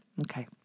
Okay